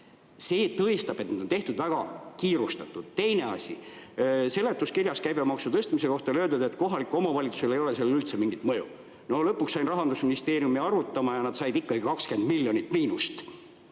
See tõestab, et need on tehtud väga kiirustatult. Teine asi, seletuskirjas oli käibemaksu tõstmise kohta öeldud, et kohalikele omavalitsustele ei ole sellel üldse mingit mõju. Lõpuks sain Rahandusministeeriumi arvutama ja nad said ikkagi miinuseks